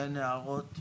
אין הערות.